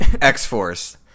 X-Force